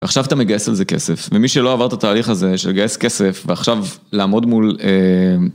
עכשיו אתה מגייס על זה כסף, ומי שלא עבר את התהליך הזה של לגייס כסף, ועכשיו לעמוד מול...